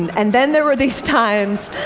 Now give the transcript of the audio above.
and then there were these times